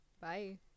Bye